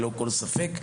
אין בזה ספק.